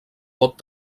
pot